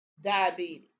diabetes